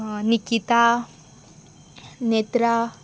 Nikita Netra